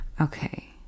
Okay